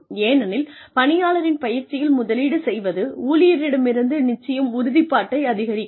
ஏனெனில் பணியாளரின் பயிற்சியில் முதலீடு செய்வது ஊழியரிடமிருந்து நிச்சயம் உறுதிப்பாட்டை அதிகரிக்கும்